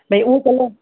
भई उहो कलर